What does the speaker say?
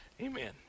Amen